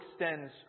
extends